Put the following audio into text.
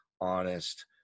honest